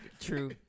True